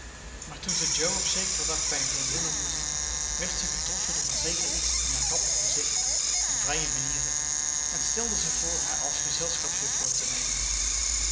maar toen ze jo op zekeren dag bij een vriendin ontmoette werd ze getroffen door een zeker iets in haar grappig gezicht en vrije manieren en stelde ze voor haar als gezelschapsjuffrouw te nemen